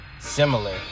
Similar